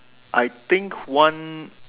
I think one